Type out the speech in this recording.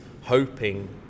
hoping